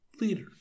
leader